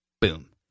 boom